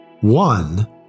One